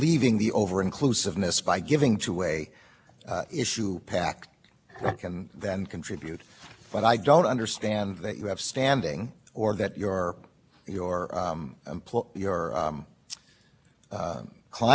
contributing to the kind of things you're talking about emily's list and are a sierra club whatever you're talking about which then would contribute to candidates is that right that is correct your honor but we believe first that there is an over breath argument that we're entitled